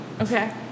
Okay